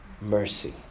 mercy